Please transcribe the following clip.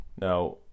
Now